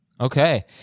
Okay